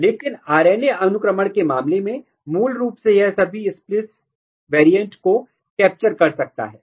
लेकिन आरएनए अनुक्रमण के मामले में मूल रूप से यह सभी स्प्लिस वेरिएंट को कैप्चर कर सकता है